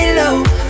low